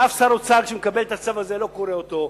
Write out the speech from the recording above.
שאף שר אוצר שמקבל את הצו הזה לא קורא אותו,